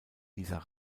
dieser